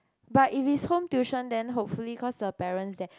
but if it's home tuition then hopefully cause the parents there